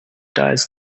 dies